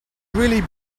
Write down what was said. really